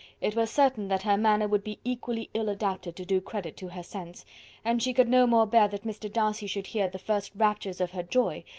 it was certain that her manner would be equally ill adapted to do credit to her sense and she could no more bear that mr. darcy should hear the first raptures of her joy,